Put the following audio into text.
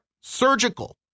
surgical